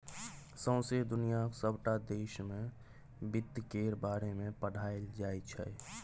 सौंसे दुनियाक सबटा देश मे बित्त केर बारे मे पढ़ाएल जाइ छै